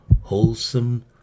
wholesome